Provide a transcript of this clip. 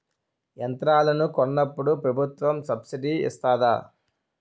యంత్రాలను కొన్నప్పుడు ప్రభుత్వం సబ్ స్సిడీ ఇస్తాధా?